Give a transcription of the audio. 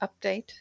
update